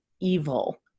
evil